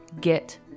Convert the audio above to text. get